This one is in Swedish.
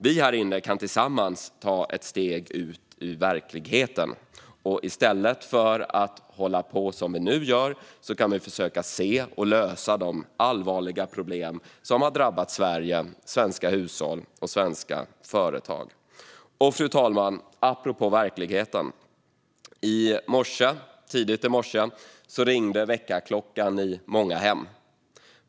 Vi här inne kan tillsammans ta ett steg ut i verkligheten, och i stället för att hålla på som vi nu gör kan vi försöka se och lösa de allvarliga problem som har drabbat Sverige, svenska hushåll och svenska företag. Fru talman! Apropå verkligheten: Tidigt i morse ringde väckarklockan i många hem.